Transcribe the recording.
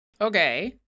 Okay